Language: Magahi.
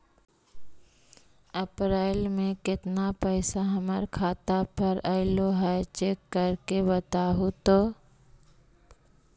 अप्रैल में केतना पैसा हमर खाता पर अएलो है चेक कर के बताहू तो?